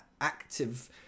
active